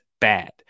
bad